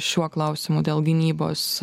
šiuo klausimu dėl gynybos